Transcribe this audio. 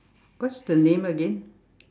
what's the name again